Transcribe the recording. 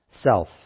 self